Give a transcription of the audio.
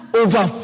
over